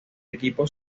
equipo